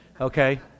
okay